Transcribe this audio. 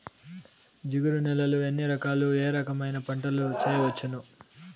జిగురు నేలలు ఎన్ని రకాలు ఏ రకమైన పంటలు వేయవచ్చును?